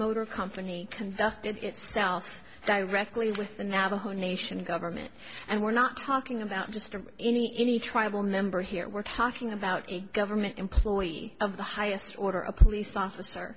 motor company conducted itself directly with the navajo nation government and we're not talking about just any any tribal member here we're talking about a government employee of the highest order a police officer